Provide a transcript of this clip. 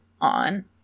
on